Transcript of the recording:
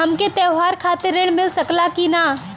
हमके त्योहार खातिर त्रण मिल सकला कि ना?